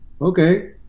okay